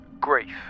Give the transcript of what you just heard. Grief